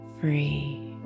free